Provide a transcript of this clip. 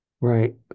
Right